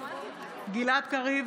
גלעד קריב,